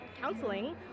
counseling